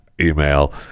email